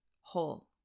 whole